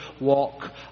walk